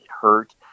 hurt